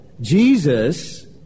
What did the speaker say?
Jesus